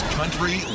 country